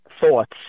thoughts